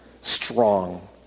strong